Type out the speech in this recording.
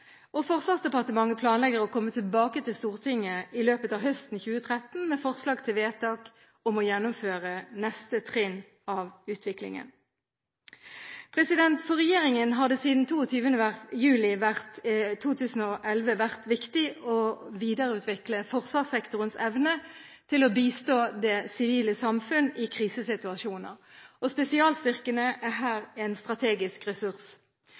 sommeren. Forsvarsdepartementet planlegger å komme tilbake til Stortinget i løpet av høsten 2013 med forslag til vedtak om å gjennomføre neste trinn av utviklingen. For regjeringen har det siden 22. juli 2011 vært viktig å videreutvikle forsvarssektorens evne til å bistå det sivile samfunn i krisesituasjoner. Spesialstyrkene er her en strategisk ressurs.